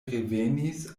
revenis